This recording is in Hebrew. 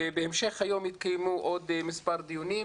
ובהמשך היום יתקיימו עוד מספר דיונים.